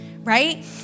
right